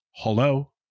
Hello